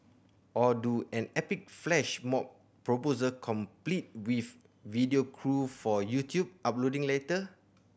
or do an epic flash mob proposal complete with video crew for YouTube uploading later